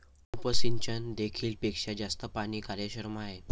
उपसिंचन देखील पेक्षा जास्त पाणी कार्यक्षम आहे